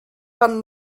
pan